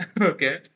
Okay